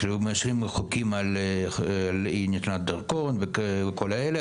מאשרים חוקים על אי-נתינת דרכון וכל אלה,